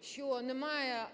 що немає,